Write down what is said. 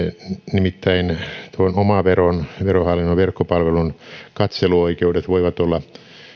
nimittäin tuon omaveron verohallinnon verkkopalvelun katseluoikeudet voivat olla